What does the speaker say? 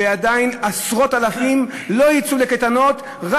ועדיין עשרות-אלפים לא יצאו לקייטנות רק